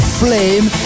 flame